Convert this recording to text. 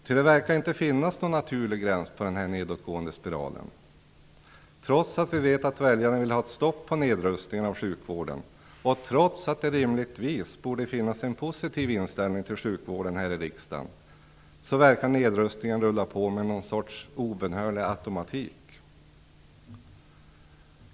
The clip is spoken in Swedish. Ty det verkar inte finnas någon naturlig gräns för den nedåtgående spiralen. Trots att vi vet att väljarna vill ha ett stopp för nedrustningen av sjukvården och trots att det rimligtvis borde finnas en positiv inställning till sjukvården här i riksdagen, verkar nedrustningen rulla på med någon sorts obönhörlig automatik.